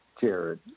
Jared